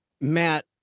Matt